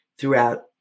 throughout